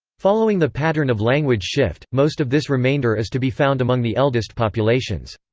following the pattern of language shift, most of this remainder is to be found among the eldest populations.